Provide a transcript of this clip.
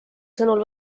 sõnul